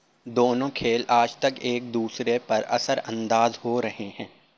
دونوں کھیل آج تک ایک دوسرے پر اثر انداز ہو رہے ہیں